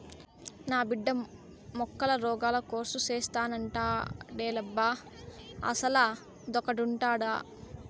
నా బిడ్డ మొక్కల రోగాల కోర్సు సేత్తానంటాండేలబ్బా అసలదొకటుండాదా